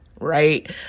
right